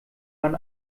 man